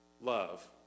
love